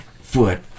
foot